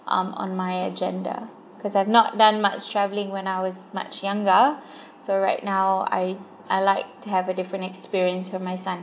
um on my agenda cause I've not done much travelling when I was much younger so right now I I like to have a different experience for my son